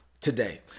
today